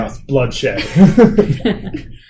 bloodshed